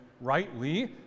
rightly